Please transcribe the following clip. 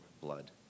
blood